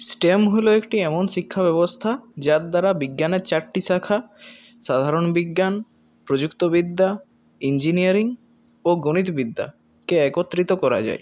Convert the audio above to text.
stem হল একটি এমন শিক্ষাব্যবস্থা যার দ্বারা বিজ্ঞানের চারটি শাখা সাধারণ বিজ্ঞান প্রযুক্তবিদ্যা ইঞ্জিনিয়ারিং ও গণিতবিদ্যাকে একত্রিত করা যায়